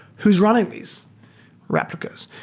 who's running these replicas?